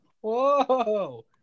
Whoa